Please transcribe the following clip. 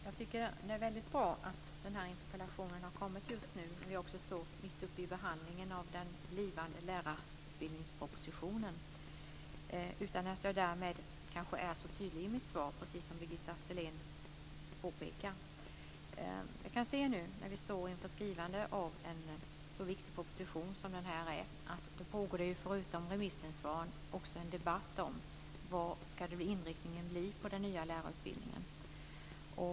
Fru talman! Det är bra att interpellationen har kommit nu, när vi står mitt upp i behandlingen av den nya propositionen angående lärarutbildningen - utan att jag därmed är så tydlig i mitt svar, precis som Jag ser att det inför skrivandet av en så viktig proposition pågår, förutom remissvar, en debatt om vilken inriktningen ska bli av den nya lärarutbildningen.